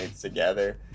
together